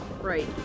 right